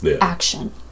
action